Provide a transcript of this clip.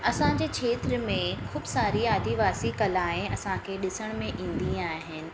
असांजे खेत्र में खूब सारी आदिवासी कलाऐं असांखे ॾिसण में ईंदी आहिनि